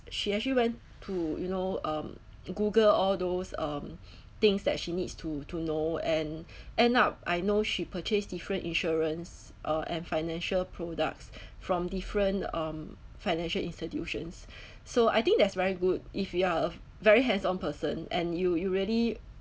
she actually went to you know um Google all those um things that she needs to to know and end up I know she purchased different insurance uh and financial products from different um financial institutions so I think that's very good if you are a very hands-on person and you you really